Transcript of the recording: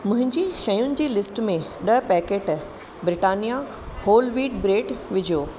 मुंहिंजी शयुनि जी लिस्ट में ॾह packet Britannia whole wheat bread विझो